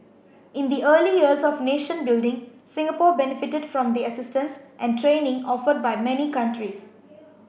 in the early years of nation building Singapore benefited from the assistance and training offered by many countries